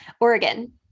Oregon